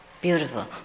beautiful